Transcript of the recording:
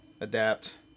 adapt